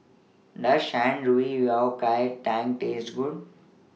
Does Shan Rui Yao Tang Taste Good